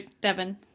Devon